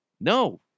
No